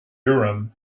urim